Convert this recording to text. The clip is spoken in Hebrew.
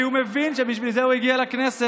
כי הוא מבין שבשביל זה הוא הגיע לכנסת.